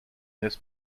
this